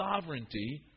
sovereignty